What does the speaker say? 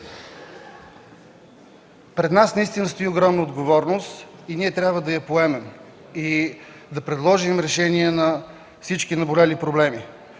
Пред нас наистина стои огромна отговорност, ние трябва да я поемем и да предложим решения на всички наболели проблеми.